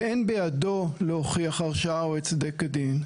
ואין בידו להוכיח הרשאה או הצדק כדין...